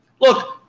Look